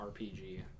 rpg